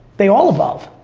they all evolve!